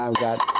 um got